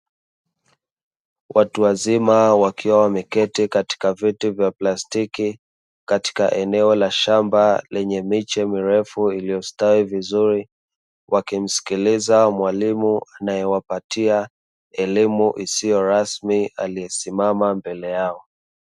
Watu wazima wakiwa wameketi katika viti vya plastiki katika eneo la shamba lenye miche mirefu, iliyostawi vizuri wakimsikiliza mwalimu anayewapatia elimu isiyo rasmi aliyesimama mbele yao.